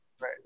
right